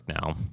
now